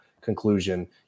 conclusion